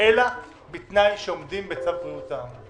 אלא בתנאי שעומדים בצו בריאות העם.